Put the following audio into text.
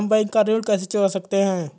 हम बैंक का ऋण कैसे चुका सकते हैं?